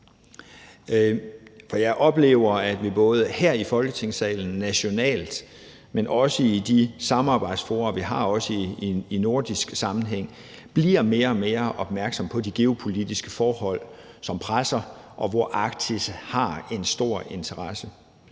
For jeg oplever, at vi både her i Folketingssalen nationalt, men også i de samarbejdsfora, vi har, også i nordisk sammenhæng, bliver mere og mere opmærksomme på de geopolitiske forhold, som presser, og hvor Arktis afføder en stor interesse.